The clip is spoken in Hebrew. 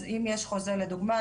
אז אם יש חוזה לדוגמא,